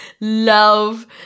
love